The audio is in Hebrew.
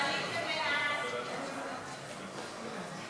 סעיפים 1